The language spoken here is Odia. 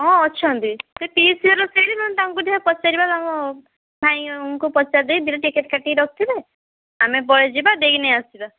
ହଁ ଅଛନ୍ତି ସେ ପିଇସୀ ଘର ସେଇଠି ତାଙ୍କୁ ପଚାରିବା ତାଙ୍କୁ ଭାଇ ଆମକୁ ପଚାରି ଦେଇ ଦୁଇଟା ଟିକେଟ୍ କାଟିକି ରଖିଥିବେ ଆମେ ପରେ ଯିବା ଦେଇକି ନେଇ ଆସିବା